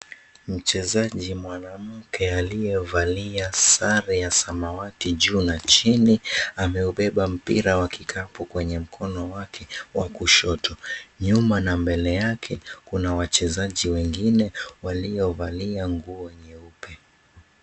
Mchezaji mwanamke aliyevalia sare ya samawati juu na chini ameubeba mpira wa kikapu kwenye mkono wake wa kushoto. Nyuma na mbele yake kuna wachezaji wengine waliovalia nguo nyeupe.